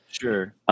Sure